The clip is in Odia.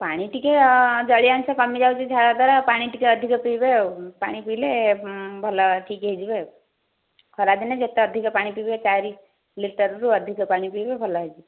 ପାଣି ଟିକେ ଜଳୀୟ ଅଂଶ କମି ଯାଉଛି ଝାଳ ଦ୍ୱାରା ପାଣି ଟିକେ ଅଧିକ ପିଇବେ ଆଉ ପାଣି ପିଇଲେ ହଁ ଭଲ ଠିକ ହୋଇଯିବେ ଆଉ ଖରାଦିନେ ଯେତେ ଅଧିକ ପାଣି ପିଇବେ ଚାରି ଲିଟରରୁ ଅଧିକ ପାଣି ପିଇବେ ଭଲ ହୋଇଯିବ